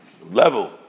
level